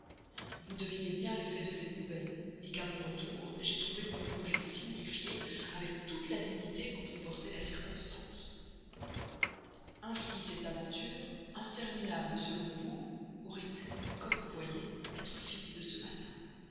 vous devinez bien l'effet de cette nouvelle qu'à mon retour j'ai trouvé mon congé signifié avec toute la dignité que comportait la circonstance ainsi cette aventure interminable selon vous aurait pu comme vous voyez être finie de ce matin